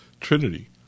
Trinity